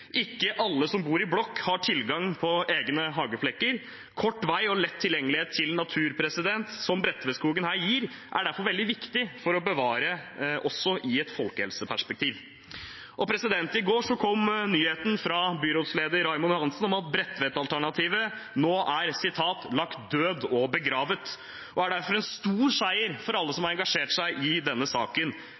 Ikke alle som bor i blokk, har tilgang på egne hageflekker. Kort vei og lett tilgjengelighet til natur, som Bredtvetskogen gir, er derfor veldig viktig å bevare også i et folkehelseperspektiv. I går kom nyheten fra byrådsleder Raymond Johansen om at Bredtvet-alternativet nå er lagt død og begravet. Det er en stor seier for alle som har engasjert seg i denne saken.